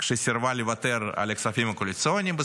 כשסירבה לוותר על הכספים הקואליציוניים,